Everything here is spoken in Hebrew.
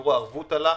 שיעור הערבות עלה.